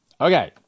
Okay